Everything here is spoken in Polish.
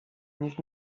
niech